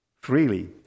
freely